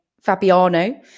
Fabiano